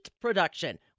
production